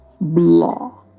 blah